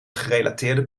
gerelateerde